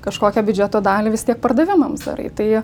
kažkokią biudžeto dalį vis tiek pardavimams darai tai